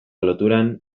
loturan